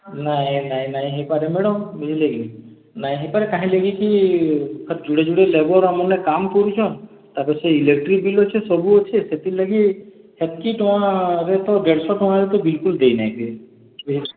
ନାଇଁ ଆଜ୍ଞା ନାଇଁ ନାଇଁ ହେଇପାରେ ମ୍ୟାଡ଼ାମ୍ ବୁଝିଲେ କି ନାଇଁ ନାଇଁ ହେଇପାରେ କାହିଁ ଲାଗିକି ଜୁଡ଼େ ଜୁଡ଼େ ଲେବର୍ ମାନେ କାମ୍ କରୁଛନ୍ ତାପରେ ସେ ଇଲେକ୍ଟ୍ରିକ୍ ବିଲ୍ ଅଛେ ସବୁ ଅଛେ ସେଥିର୍ଲାଗି ହେତ୍କି ଟଙ୍କାରେ ତ ଦେଢ଼ଶହ ଟଙ୍କାରେ ତ ବିଲ୍କୁଲ୍ ଦେଇନାଇଁ ହୁଏ ବୁଝିଲେ